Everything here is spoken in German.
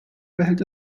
verhält